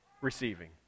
receiving